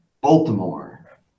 Baltimore